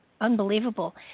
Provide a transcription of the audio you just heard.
Unbelievable